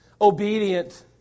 obedient